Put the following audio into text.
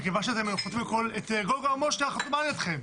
כל גרמושקה חתומה על ידיכם,